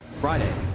Friday